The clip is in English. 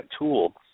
tool